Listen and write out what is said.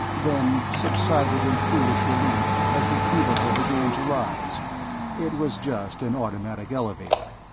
then subsided in foolish relief as the cubicle began to rise it was just an automatic elevator.